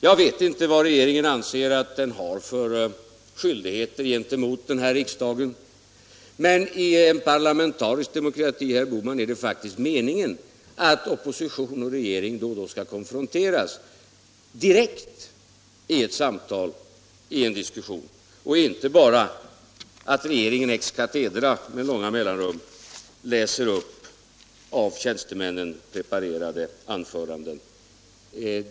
Jag vet inte vad regeringen anser att den har för skyldigheter gentemot den här riksdagen, men i en parlamentarisk demokrati är det faktiskt meningen, herr Bohman, att opposition och regering då och då skall konfronteras direkt i ett samtal, i en diskussion, och att regeringsledamöterna inte bara skall ex cathedra med långa mellanrum läsa upp av tjänstemän preparerade anföranden.